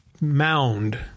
mound –